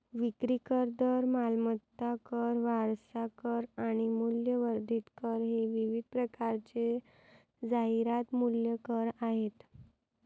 विक्री कर, दर, मालमत्ता कर, वारसा कर आणि मूल्यवर्धित कर हे विविध प्रकारचे जाहिरात मूल्य कर आहेत